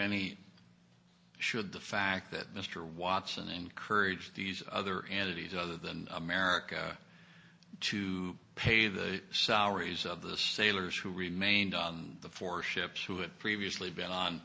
any should the fact that mr watson encourage these other entities other than america to pay the salaries of the sailors who remained on the four ships would previously been